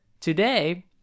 Today